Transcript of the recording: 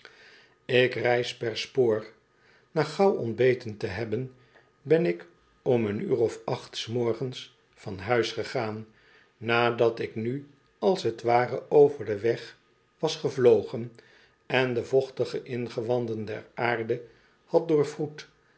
ik reis per spoor na gauw ontbeten te hebben ben ik om een uur of acht s morgens van huis gegaan nadat ik nu als t ware over den weg was gevlogen en de vochtige ingewanden der aarde had